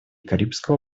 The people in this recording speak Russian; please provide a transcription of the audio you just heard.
карибского